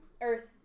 Earth